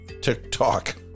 TikTok